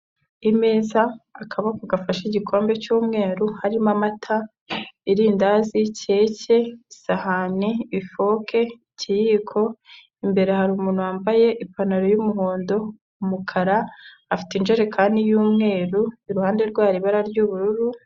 Imeza, akaboko gafashe igikombe cy'umweru harimo amata, irindazi, keke, isahani, ifoke, ikiyiko, imbere hari umuntu wambaye ipantaro y'umuhondo, umukara, afite injerekani y'umweru, iruhande rwe hari ibara ry'ubururu.